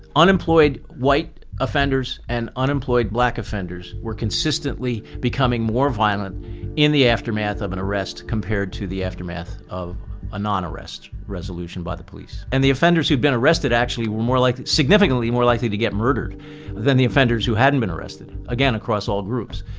unemployed white offenders and unemployed black offenders were consistently becoming more violent in the aftermath of an arrest compared to the aftermath of a non arrest resolution by the police. and the offenders who'd been arrested actually were more likely, significantly more likely to get murdered than the offenders who hadn't been arrested. again, across all groups,